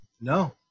No